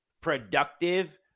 Productive